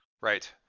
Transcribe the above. Right